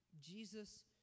Jesus